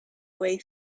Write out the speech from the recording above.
way